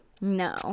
No